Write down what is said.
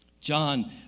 John